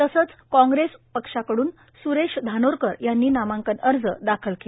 तसंच कॉग्रेस पक्षाकड्न सुरेश धानोरकर यांनी नामांकन अर्ज दाखल केला